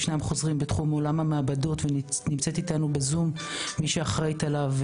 ישנם חוזרים בתחום עולם המעבדות ונמצאת איתנו בזום מי שאחראית עליהם,